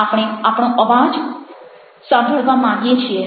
આપણે આપણો અવાજ સાંભળવા માંગીએ છીએ